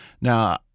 Now